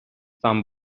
сам